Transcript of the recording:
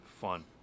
fun